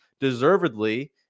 deservedly